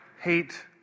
hate